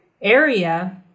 Area